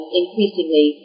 increasingly